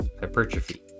hypertrophy